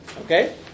Okay